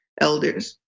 elders